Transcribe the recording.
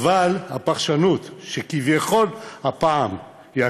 קיש, הוא יחליט על מה הוא רוצה לדבר.